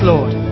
Lord